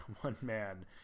one-man